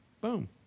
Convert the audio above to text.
Boom